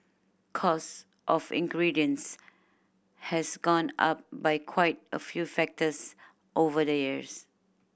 cost of ingredients has gone up by quite a few factors over the years